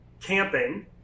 camping